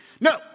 No